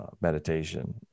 meditation